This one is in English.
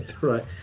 right